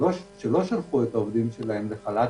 שלא שלחו את העובדים שלהם לחל"ת,